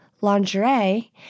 Lingerie